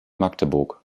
magdeburg